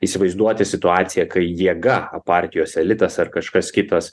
įsivaizduoti situaciją kai jėga partijos elitas ar kažkas kitas